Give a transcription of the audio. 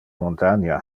montania